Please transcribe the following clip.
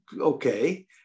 okay